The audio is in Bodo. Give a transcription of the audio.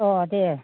अ दे